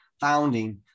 founding